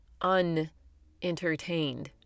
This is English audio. unentertained